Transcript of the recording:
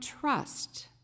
trust